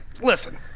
listen